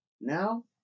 Now